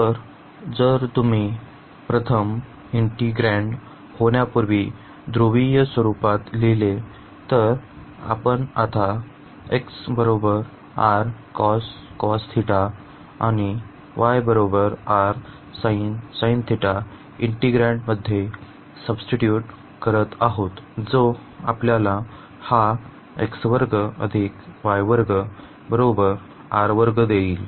तर जर तुम्ही प्रथम इंटीग्रँड होण्यापूर्वी ध्रुवीय स्वरूपात लिहिले तर कारण आपण आता आणि इंटीग्रँड मध्ये सबस्टीटूट करत आहोत जो आपल्याला हा देईल